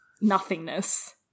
nothingness